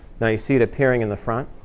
now you see it appearing in the front?